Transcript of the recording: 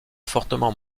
fortement